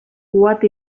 what